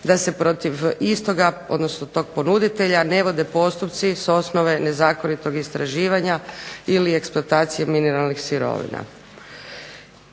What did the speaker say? da se protiv istoga, odnosno tog ponuditelja ne vode postupci s osnove nezakonitog istraživanja, ili eksploatacije mineralnih sirovina.